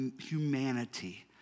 humanity